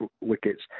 wickets